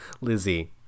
Lizzie